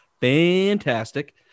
fantastic